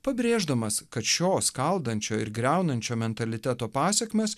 pabrėždamas kad šio skaldančio ir griaunančio mentaliteto pasekmes